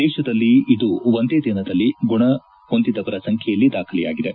ದೇಶದಲ್ಲಿ ಇದು ಒಂದೇ ದಿನದಲ್ಲಿ ಗುಣ ಹೊಂದಿದವರ ಸಂಖ್ಯೆಯಲ್ಲಿ ದಾಖಲೆಯಾಗಿದೆ